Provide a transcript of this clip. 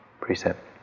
precept